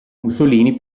mussolini